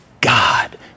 God